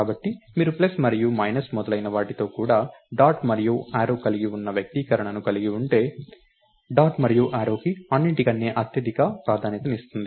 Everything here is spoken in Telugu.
కాబట్టి మీరు ప్లస్ మరియు మైనస్ మొదలైన వాటితో పాటు డాట్ మరియు యారో కలిగి ఉన్న వ్యక్తీకరణను కలిగి ఉంటే డాట్ మరియు యారో కి అన్నిటికంటే అత్యధిక ప్రాధాన్యతనిస్తుంది